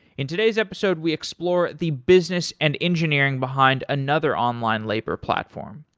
in today's episode, we explore the business and engineering behind another online labor platform,